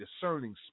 discerning